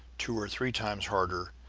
two or three times harder,